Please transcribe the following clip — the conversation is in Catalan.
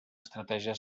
estratègia